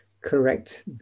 correct